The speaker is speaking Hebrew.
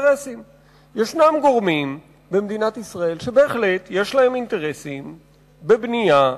ישנם גורמים במדינת ישראל שבהחלט יש להם אינטרסים בבנייה,